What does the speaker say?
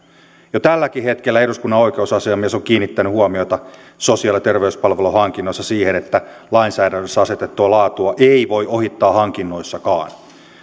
jo tälläkin hetkellä eduskunnan oikeusasiamies on kiinnittänyt huomiota sosiaali ja terveyspalveluhankinnoissa siihen että lainsäädännössä asetettua laatua ei voi ohittaa hankinnoissakaan